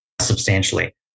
substantially